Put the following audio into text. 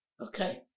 Okay